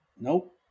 Nope